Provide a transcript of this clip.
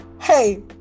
hey